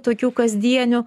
tokių kasdienių